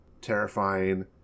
terrifying